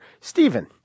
Stephen